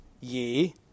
ye